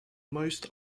most